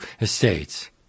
estates